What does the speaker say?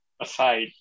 aside